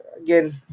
again